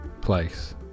place